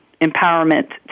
empowerment